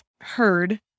heard